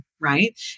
Right